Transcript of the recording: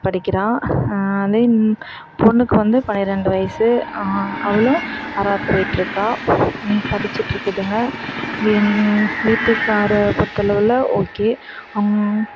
படிக்கிறான் பெண்ணுக்கு வந்து பன்னிரெண்டு வயது அவளும் ஆறாவது போயிட்டிருக்கா படிச்சிட்டிருக்குதுங்க எங்கள் வீட்டுக்காரர் பொறுத்த அளவில் ஓகே அவங்க